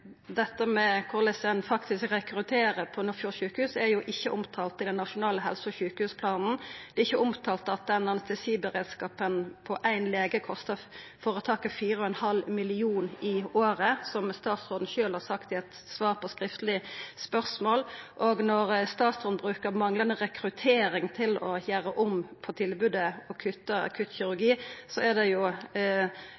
Korleis ein faktisk rekrutterer på Nordfjord sjukehus, er ikkje omtalt i den nasjonale helse- og sjukehusplanen. Det er ikkje omtalt at den anestesiberedskapen på éin lege kostar 4,5 mill. kr i året, som statsråden sjølv har sagt i eit svar på skriftleg spørsmål. Når statsråden bruker manglande rekruttering til å gjera om på tilbodet og kutta